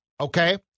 Okay